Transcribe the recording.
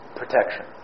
protection